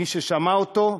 מי ששמע אותו,